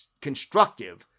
constructive